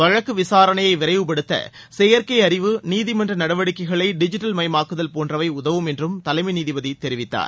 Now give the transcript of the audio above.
வழக்கு விசாரணையை விரைவுப்படுத்த செயற்கை அறிவு நீதிமன்ற நடவடிக்கைகளை டிஜிட்டல் மயமாக்குதல் போன்றவை உதவும் என்றும் தலைமை நீதிபதி தெரிவித்தார்